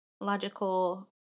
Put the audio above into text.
logical